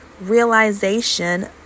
realization